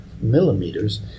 millimeters